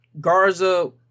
Garza